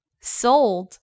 sold